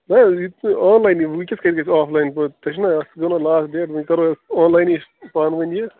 نہَ حظ یہِ چھُ آن لاینٕے وُٕنکٮ۪س کتہِ گژھِ آف لایَن پٲدٕ تُہۍ چھُنا اَتھ گوٚو نا لاسٹ ڈیٹ وۅنۍ کَرو آن لاینٕے أسۍ پانہٕ وٲنۍ یہِ